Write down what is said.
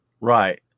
Right